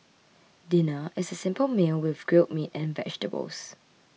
dinner is a simple meal with grilled meat and vegetables